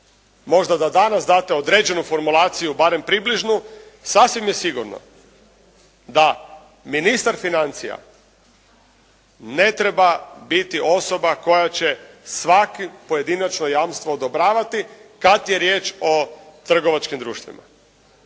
možda da danas date određenu formulaciju barem približnu sasvim je sigurno da ministar financija ne treba biti osoba koja će svako pojedinačno jamstvo odobravati kad je riječ o trgovačkim društvima.